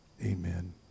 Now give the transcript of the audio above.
Amen